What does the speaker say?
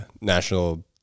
National